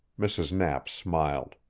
mrs. knapp smiled.